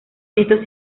estos